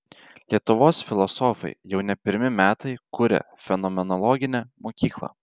lietuvos filosofai jau ne pirmi metai kuria fenomenologinę mokyklą